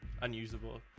unusable